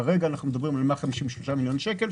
כרגע אנחנו מדברים על 153 מיליון שקל,